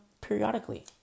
periodically